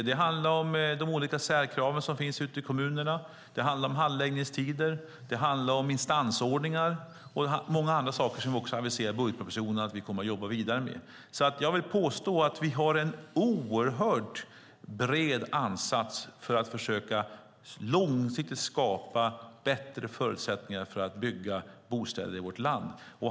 Det handlar om olika särkrav i kommunerna, handläggningstider, instansordningar och mycket annat som vi har aviserat i budgetpropositionen att vi kommer att arbeta vidare med. Vi har en bred ansats för att försöka skapa bättre förutsättningar långsiktigt för att bygga bostäder i vårt land.